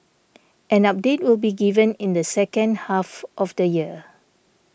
an update will be given in the second half of the year